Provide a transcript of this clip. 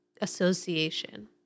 association